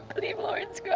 believe lauren's